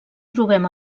trobem